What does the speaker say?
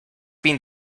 been